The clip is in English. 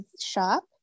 shop